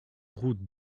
route